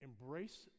embrace